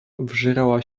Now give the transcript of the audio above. wżerała